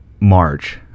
march